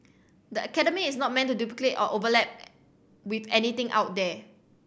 the academy is not meant to duplicate or overlap with anything out there